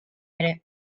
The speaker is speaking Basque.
ere